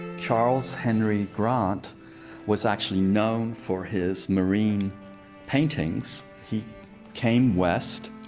charles henry grant was actually known for his marine paintings. he came west.